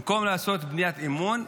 במקום לעשות בניית אמון,